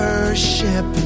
Worship